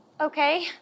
Okay